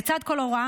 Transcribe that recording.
לצד כל הוראה